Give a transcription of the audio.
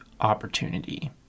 opportunity